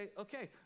okay